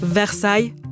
Versailles